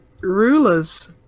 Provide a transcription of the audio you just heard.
rulers